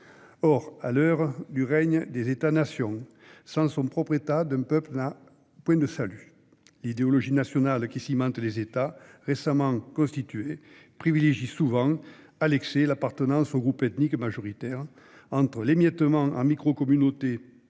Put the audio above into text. Or, à l'heure du règne des États-nations, sans son propre État, un peuple n'a point de salut. L'idéologie nationale qui cimente les États récemment constitués privilégie souvent, à l'excès, l'appartenance au groupe ethnique majoritaire. Entre l'émiettement en micro-communautés